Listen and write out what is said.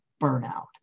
burnout